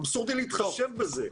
אבסורדי להתחשב בזה.